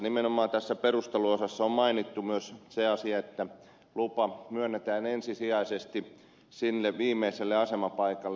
nimenomaan tässä perusteluosassa on mainittu myös se asia että lupa myönnetään ensisijaisesti sille viimeiselle asemapaikalle